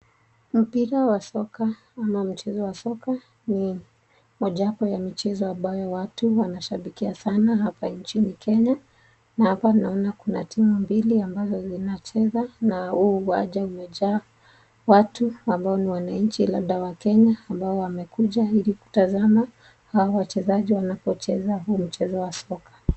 Mpira wa soka ama mchezo wa soka, ni mojawapo ya michezo ambayo watu wanashabikia sana hapa nchini Kenya. Na hapa naona kuna timu mbili ambazo zinacheza, na huu uwanja umejaa watu ambao ni wananchi labda wakenya, ambao wamekuja ili kutazama hawa wachezaji wanapocheza huu mchezo wa soka.